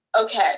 Okay